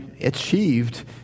achieved